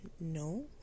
no